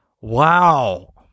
Wow